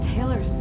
Taylor